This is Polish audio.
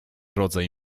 rodzaj